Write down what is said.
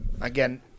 again